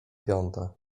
piąta